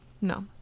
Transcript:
No